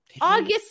August